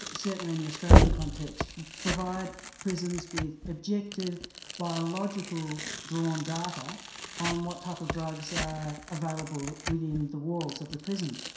ah certainly in the australian context, provide prisons with objective biological drawn data on what type of drugs are available within the walls of the prison.